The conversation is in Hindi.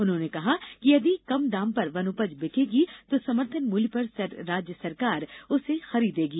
उन्होंने कहा कि यदि कम दाम पर वनोपज बिकेगी तो समर्थन मूल्य पर राज्य सरकार उसे खरीदेगी